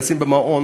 לשים במעון,